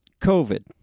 COVID